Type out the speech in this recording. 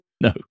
No